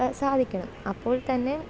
സാധിക്കണം അപ്പോള് തന്നെ